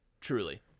truly